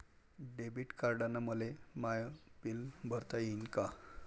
Debit कार्डानं मले माय बिल भरता येईन का?